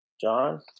John